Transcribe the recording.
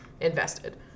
invested